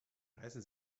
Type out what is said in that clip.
reißen